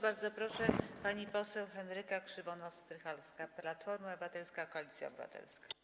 Bardzo proszę, pani poseł Henryka Krzywonos-Strycharska, Platforma Obywatelska - Koalicja Obywatelska.